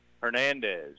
Hernandez